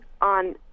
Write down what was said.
on